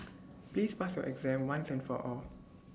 please pass your exam once and for all